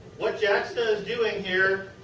what jaksta is doing here